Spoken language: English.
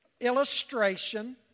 illustration